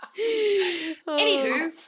Anywho